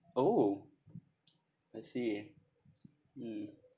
oh I see mm mm